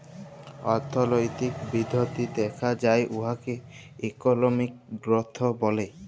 অথ্থলৈতিক বিধ্ধি দ্যাখা যায় উয়াকে ইকলমিক গ্রথ ব্যলে